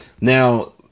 now